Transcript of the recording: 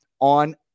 on